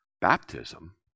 baptism